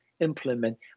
implement